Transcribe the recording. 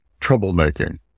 troublemaking